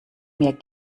mir